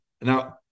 now